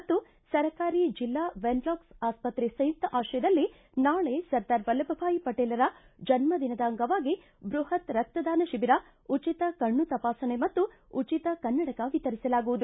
ಮತ್ತು ಸರ್ಕಾರಿ ಜಿಲ್ಲಾ ವೆನ್ಲಾಕ್ ಆಸ್ವತ್ರೆ ಸಂಯುಕ್ತ ಆಶ್ರಯದಲ್ಲಿ ನಾಳೆ ಸರ್ದಾರ್ ವಲ್ಲಭಾಯಿ ಪಟೇಲರ ಜನ್ನ ದಿನದ ಅಂಗವಾಗಿ ಬೃಹತ್ ರಕ್ತದಾನ ಶಿಬಿರ ಉಚಿತ ಕಣ್ಣು ತಪಾಸಣೆ ಮತ್ತು ಉಚಿತ ಕನ್ನಡಕ ವಿತರಿಸಲಾಗುವುದು